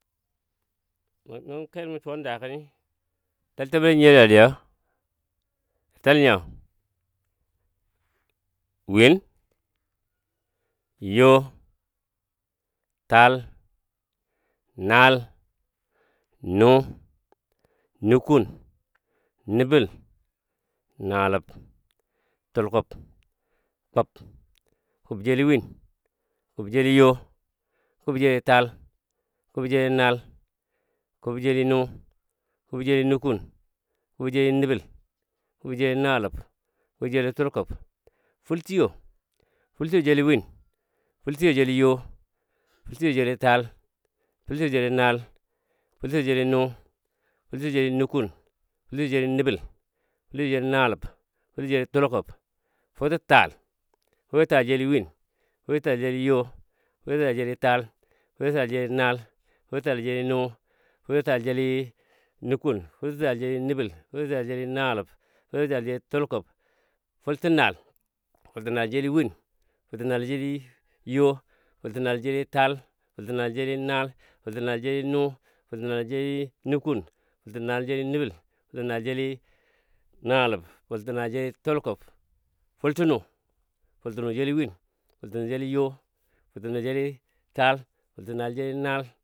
Nəngo kelo mə suwan dakeni təltəmɔ nə nyiyo dadiya yo təl nyo. win, yo, taal, naal, nu, nukun, nəbəl, naaləb, tulkub, kub, kub jeli win, kub jeli yo, kub jeli taal, kub jeli naal, kub jeli nu, kub jeli nukun, kub jeli nəbəl, kub jeli naaləb, kub jeli tulkub, fultiyo. fultiyo jeli win, fultiyo jeli yo, fultiyo jeli taal, fultiyo jeli naal, fultiyo jeli nu, fultiyo jeli nukun, fultiyo jeli nəbəl, fultiyo jeli naaləb, fultiyo jeli tulku, furtə taal. futə taal jeli win, futə taal jeliyo, futə taal jeli taal, futə taal jeli naal, futə taal jeli nu, futə taal jeli nukun, futə taal jeli nəbəl, futə taal jeli naaləb futetaal jeli tulkub, fultə naal. fultə naal jeli win, fultə naal jeli yo, fultə naal jeli taal, fultə naal jeli naal, fultə naal jeli nu, fultə naal jeli nukun, fultə naal jeli nəbəl, fultə naal jeli naaləb fultə naal jeli tulkub. fultɔ nu, fultɔ nu jeli win, fultɔ nu jeli yo, fultɔ nu jeli taal, fultɔ naal jeli naal.